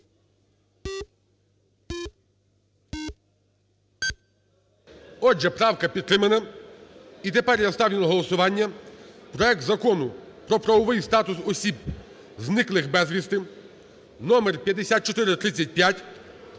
Отже, правка підтримана. І тепер я ставлю на голосування проект Закону про правовий статус осіб, зниклих безвісти (№ 5435)